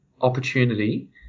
opportunity